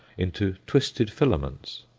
into twisted filaments.